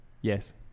Yes